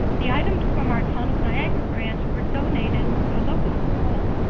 the items from our town of niagara branch were donated to a local school,